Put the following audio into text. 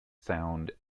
sound